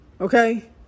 Okay